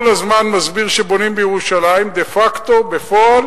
כל הזמן מסביר שבונים בירושלים, דה-פקטו, בפועל